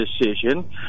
decision